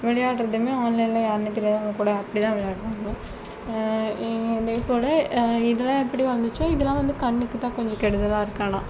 விளையாடுறதும் ஆன்லைனில் யாருன்னே தெரியாதவங்கள் கூட அப்படி தான் விளையாடறோம் இதே போல இதெலாம் எப்படி வந்துச்சோ இதுலாம் வந்து கண்ணுக்கு தான் கொஞ்சம் கெடுதலாக இருக்கு ஆனால்